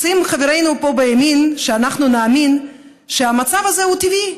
רוצים חברינו פה בימין שאנחנו נאמין שהמצב הזה הוא טבעי,